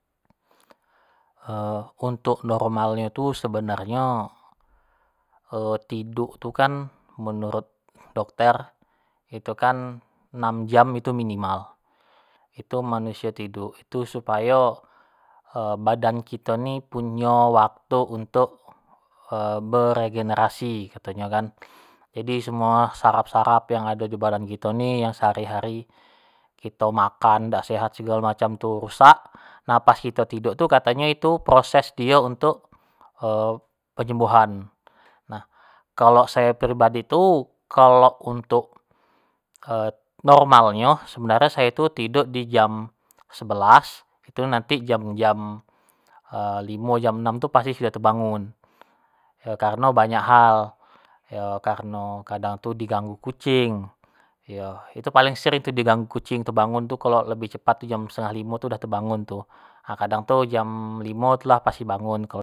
untuk normal nyo tu sebenarnyo tiduk tu kan menurut dokter itu kan enam jam itu minimal, itu manusio tiduk tu supayo badan kito ni punyo waktu untuk ber regenererasi kato nyo kan, jadi semuo syaraf-syaraf yang ado di badan kito ni yang sehari-hari kito makn dak sehat segalo macam tu rusak, nah pas kito tiduk tu kato nyo tu proses dio untuk penyembuhan, nah kalo sayo pribadi tu kalo untuk normal nyo sebanrnyo sayo tu tiduk di jam sebelas itu nati tu jam-jam limo atau jam enam tu pasti sudah tebangun, yo kareno banyak hal, yo kareno kadang tu di ganggu kucing, iyo tu paling sering di ganggu kucing tu tebangun cepat tu jam setengah limo tu lah tebangun tu, ha kadang tu jam limo tu lah pasti bangun.